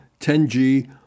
10G